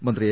മന്ത്രി എ